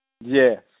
Yes